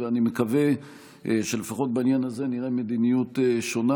אני מקווה שלפחות בעניין הזה נראה מדיניות שונה,